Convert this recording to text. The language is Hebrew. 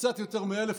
קצת יותר מ-1,000,